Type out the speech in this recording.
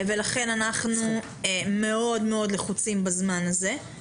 ולכן אנחנו מאוד לחוצים בזמן הזה.